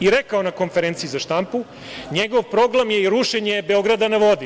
i rekao na konferenciji za štampu, njegov program je i rušenje „Beograda na vodi“